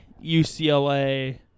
UCLA